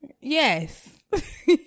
Yes